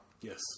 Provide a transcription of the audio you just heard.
Yes